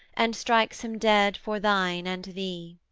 and strikes him dead for thine and thee.